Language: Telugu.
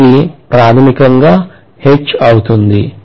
అనేది ప్రాథమికంగా H అవుతుంది